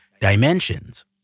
dimensions